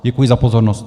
Děkuji za pozornost.